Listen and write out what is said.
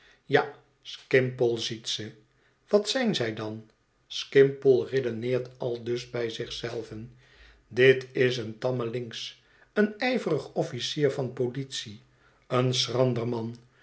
ja skimpole ziet ze wat zijn zij dan skimpole redeneert aldus bij zich zelven bit is een tamme lynx een ijverig officier van politie een schrander man